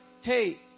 hey